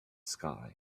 sky